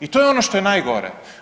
I to je ono što je najgore.